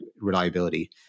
reliability